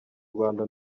rwanda